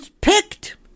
picked